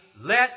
let